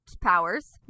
powers